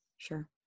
Sure